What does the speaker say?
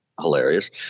hilarious